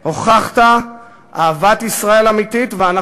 והרפואה, ואני